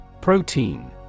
Protein